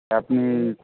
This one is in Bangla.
আপনি